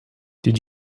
did